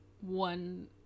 one